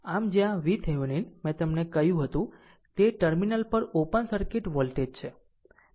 આમ જ્યાં VThevenin મેં તમને કહ્યું હતું કે તે ટર્મિનલ પર ઓપન સર્કિટ વોલ્ટેજ છે